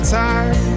time